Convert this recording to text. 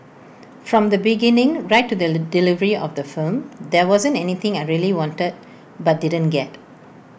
from the beginning right to the delivery of the film there wasn't anything I really wanted but didn't get